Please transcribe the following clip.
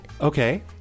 Okay